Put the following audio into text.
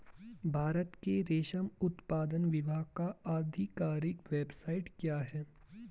भारत के रेशम उत्पादन विभाग का आधिकारिक वेबसाइट क्या है?